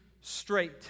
straight